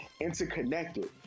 interconnected